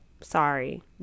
Sorry